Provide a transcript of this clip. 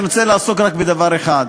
אני רוצה לעסוק רק בדבר אחד,